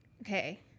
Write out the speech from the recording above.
Okay